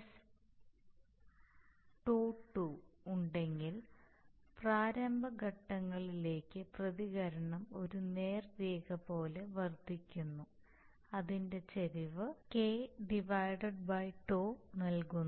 sτ2 ഉണ്ടെങ്കിൽ പ്രാരംഭ ഘട്ടങ്ങളിലേക്ക് പ്രതികരണം ഒരു നേർരേഖ പോലെ വർദ്ധിക്കുന്നു അതിന്റെ ചരിവ് K τ നൽകുന്നു